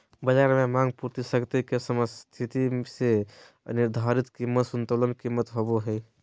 बज़ार में मांग पूर्ति शक्ति के समस्थिति से निर्धारित कीमत संतुलन कीमत होबो हइ